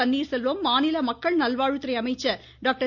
பன்னீர்செல்வம் மாநில மக்கள் நல்வாழ்வுத்துறை அமைச்சர் டாக்டர்